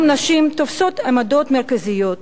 היום נשים תופסות עמדות מרכזיות,